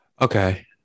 Okay